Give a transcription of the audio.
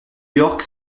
york